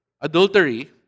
adultery